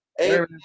Amen